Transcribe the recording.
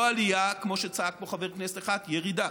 לא עלייה, כמו שצעק פה חבר כנסת אחד, ירידה.